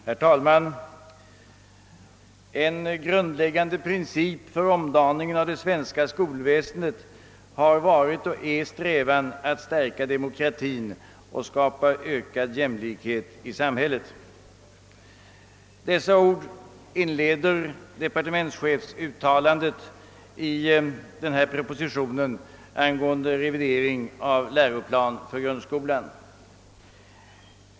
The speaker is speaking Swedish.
Herr talman! »En grundläggande princip för omdaningen av det svenska skolväsendet har varit och är strävan att stärka demokratin och skapa ökad jämlighet i samhället.» Dessa ord inleder - departementschefsuttalandet i denna proposition angående revidering av läroplan för grundskolan.